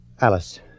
Alice